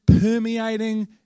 permeating